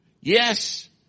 Yes